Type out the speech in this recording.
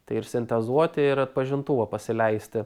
tai ir sintezuoti ir atpažintuvą pasileisti